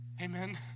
Amen